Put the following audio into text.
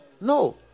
no